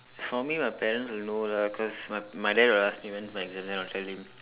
for me my parents will know lah cause my my dad will ask me when's my exam then I'll tell him